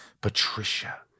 Patricia